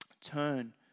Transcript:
turn